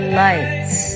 lights